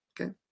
Okay